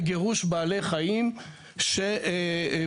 לנזקי חקלאות.